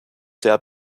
sehr